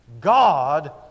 God